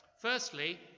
Firstly